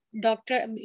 doctor